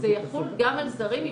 זה יחול גם על זרים אם